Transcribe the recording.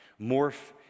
Morph